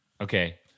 Okay